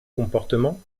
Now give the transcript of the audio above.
comportements